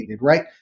right